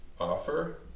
Offer